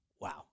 wow